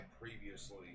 previously